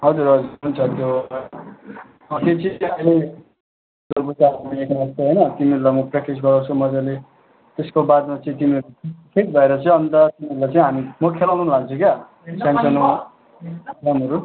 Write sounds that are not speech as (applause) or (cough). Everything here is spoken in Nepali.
हजुर हजुर हुन्छ हुन्छ अँ त्यो चिजले अहिले (unintelligible) हैन तिमीहरूलाई म प्र्याक्टिस गराउँछु मजाले त्यसको बादमा चाहिँ तिमीले ठिक भएर चाहिँ अन्त तिमीहरूलाई चाहिँ हामी म खेलाउनु लान्छु क्या सानो सानो गेमहरू